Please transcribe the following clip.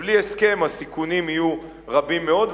שבלי הסכם הסיכונים יהיו רבים מאוד,